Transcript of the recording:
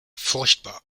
furchtbar